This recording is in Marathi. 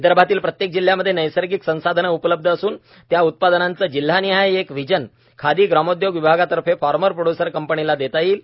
विदर्भातील प्रत्येक जिल्ह्यामध्ये नैसर्गिक संसाधने उपलब्ध असून त्या उत्पादनांचे जिल्हानिहाय एक विजन खादी ग्रामोद्योग विभागातर्फे फार्मर प्रोड्य्सर कंपनीला देता येईल